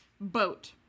Boat